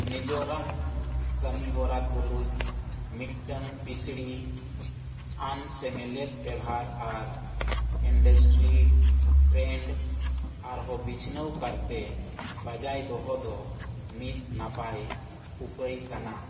ᱱᱤᱡᱮᱨᱟᱜ ᱠᱟᱹᱢᱤᱦᱚᱨᱟ ᱛᱩᱞᱩᱡ ᱢᱤᱫᱴᱟᱝ ᱵᱤᱥᱲᱤ ᱟᱱ ᱥᱮᱱᱮᱞᱮᱫ ᱵᱮᱵᱷᱟᱨ ᱟᱨ ᱤᱱᱰᱟᱥᱴᱨᱤ ᱴᱨᱮᱹᱱᱰ ᱟᱨᱦᱚᱸ ᱵᱤᱪᱷᱱᱟᱹᱣ ᱠᱟᱨᱛᱮ ᱵᱚᱡᱟᱭ ᱫᱚᱦᱚ ᱫᱚ ᱢᱤᱫ ᱱᱟᱯᱟᱭ ᱩᱯᱟᱹᱭ ᱠᱟᱱᱟ